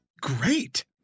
great